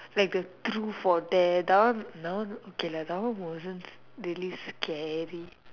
like the truth or dare that one that one okay lah that one wasn't really scary